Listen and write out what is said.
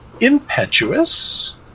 impetuous